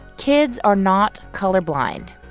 kids are not colorblind,